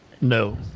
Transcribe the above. No